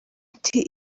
ati